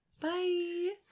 Bye